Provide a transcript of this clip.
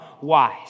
wise